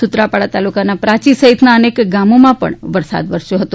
સૂત્રાપાડા તાલુકાના પ્રાયી સહિત અનેક ગામોમાં વરસાદ વરસ્યો હતો